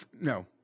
No